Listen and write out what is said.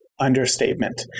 understatement